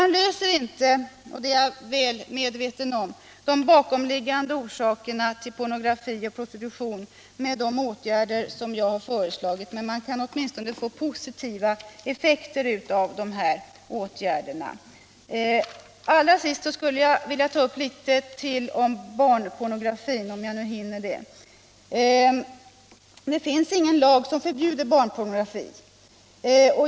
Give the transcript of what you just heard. Nr 43 Man angriper inte de bakomliggande orsakerna till pornografi och pro Fredagen den stitution med de åtgärder jag har föreslagit — det är jag väl medveten 10 december 1976 om —- men man kan åtminstone åstadkomma positiva effekter meddem. I Allra sist vill jag säga några ord ytterligare om barnpornografin, om Om åtgärder mot jag hinner. pornografi och Det finns ingen lag som förbjuder barnpornografi.